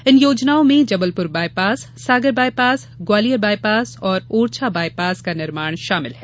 इन योजनाओं में Jabalpur bypass Sagar bypass Gwalior bypass और ओरछा बायपास का निर्माण शामिल है